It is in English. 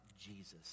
Jesus